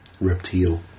Reptile